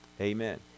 Amen